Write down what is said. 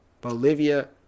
Bolivia